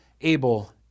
Abel